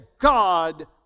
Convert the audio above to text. God